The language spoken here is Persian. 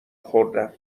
خوردم